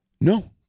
No